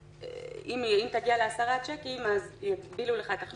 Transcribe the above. אם תגיע ל-10 צ'קים, אז יגבילו לך את החשבון.